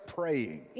praying